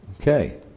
okay